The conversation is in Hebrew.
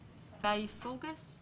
חגי פורגס?